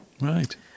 Right